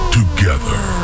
together